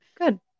good